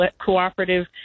Cooperative